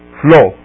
flow